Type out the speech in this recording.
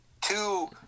two